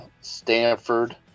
Stanford